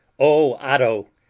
oh, otto,